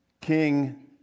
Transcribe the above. King